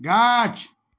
गाछ